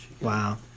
Wow